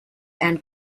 and